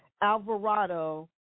Alvarado